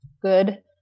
good